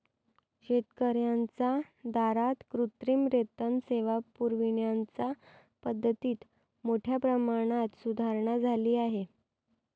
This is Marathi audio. शेतकर्यांच्या दारात कृत्रिम रेतन सेवा पुरविण्याच्या पद्धतीत मोठ्या प्रमाणात सुधारणा झाली आहे